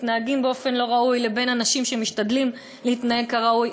מתנהגים באופן לא ראוי לבין אנשים שמשתדלים להתנהג כראוי.